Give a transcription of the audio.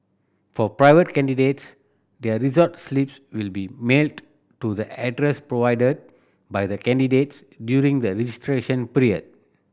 for private candidates their result slips will be mailed to the address provided by the candidates during the registration